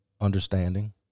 Understanding